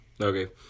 okay